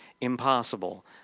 impossible